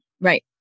Right